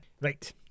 Right